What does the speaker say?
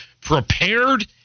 prepared